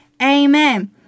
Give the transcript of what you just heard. Amen